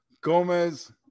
Gomez